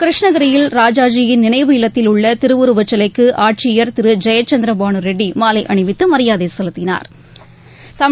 கிருஷ்ணகிரியில் ராஜாஜியின் நினைவு இல்லத்தில் உள்ளதிருவுருவச் சிலைக்குஆட்சியர் திருஜெயசந்திரபானுரெட்டிமாலைஅணிவித்தமரியாதைசெலுத்தினாா்